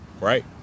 Right